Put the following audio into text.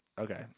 Okay